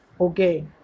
Okay